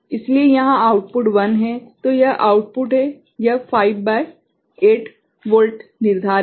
तो यह आउटपुट है यह 5 भागित 8 वोल्ट निर्धारित है